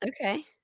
Okay